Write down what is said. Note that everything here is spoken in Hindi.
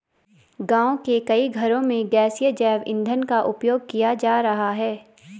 गाँव के कई घरों में गैसीय जैव ईंधन का उपयोग किया जा रहा है